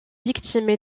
victimes